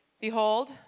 Behold